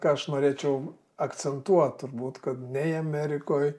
ką aš norėčiau akcentuot turbūt kad nei amerikoj